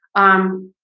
um,